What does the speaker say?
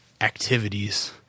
activities